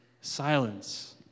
Silence